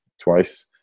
twice